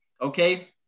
okay